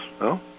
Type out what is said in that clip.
no